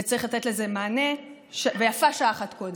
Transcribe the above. וצריך לתת לזה מענה, ויפה שעה אחת קודם.